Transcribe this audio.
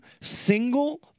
single